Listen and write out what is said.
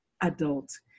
adult